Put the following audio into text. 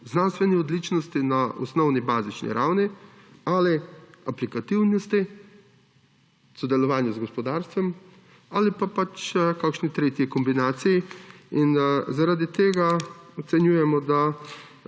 znanstveni odličnosti na osnovni, bazični ravni, ali aplikativnosti, sodelovanju z gospodarstvom, ali pa pač kakšni tretji kombinaciji. Zaradi tega ocenjujemo, da